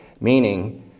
meaning